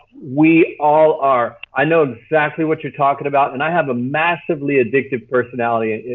we all are. i know exactly what you're talking about and i have a massively addictive personality.